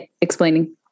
explaining